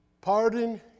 Pardon